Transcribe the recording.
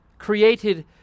created